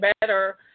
better